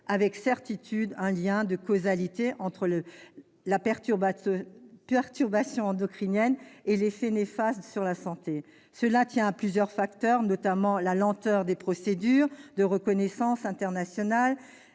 avec certitude un lien de causalité entre la perturbation endocrinienne et l'effet néfaste sur la santé. Cela tient à plusieurs facteurs, notamment à la lenteur des procédures de reconnaissance internationale